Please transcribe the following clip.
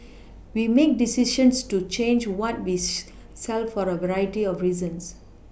we make decisions to change what we sell for a variety of reasons